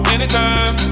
Anytime